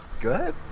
Good